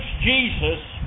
jesus